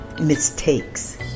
mistakes